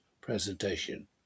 presentation